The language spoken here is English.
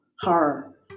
horror